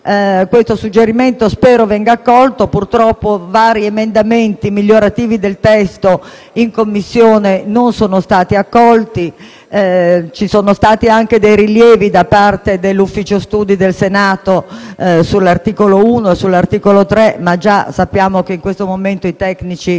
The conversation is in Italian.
questo suggerimento venga accolto. Purtroppo, vari emendamenti migliorativi del testo in Commissione non sono stati accolti. Ci sono stati anche dei rilievi da parte dell'Ufficio studi del Senato sugli articoli 1 e 3, ma sappiamo che in questo momento i tecnici